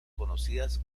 conocidas